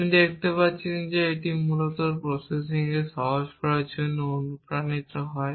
আপনি দেখতে পাচ্ছেন যে এটি মূলত প্রসেসিংকে সহজ করার জন্য অনুপ্রাণিত হয়